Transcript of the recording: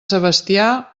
sebastià